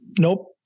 Nope